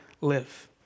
live